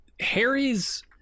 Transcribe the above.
Harry's